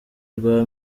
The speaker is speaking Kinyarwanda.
rwa